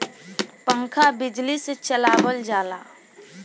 पंखा बिजली से चलावल जाला